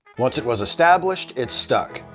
once it was established, it stuck.